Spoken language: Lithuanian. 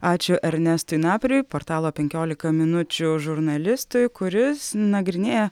ačiū ernestui napriui portalo penkiolika minučių žurnalistui kuris nagrinėja